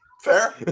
fair